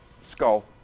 skull